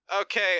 Okay